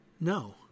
No